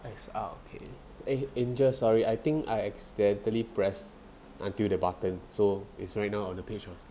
thanks ah okay eh angel sorry I think I accidentally press until the button so it's right now on the page of